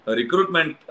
recruitment